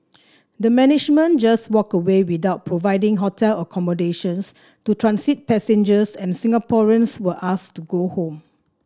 the management just walked away without providing hotel accommodations to transit passengers and Singaporeans were asked to go home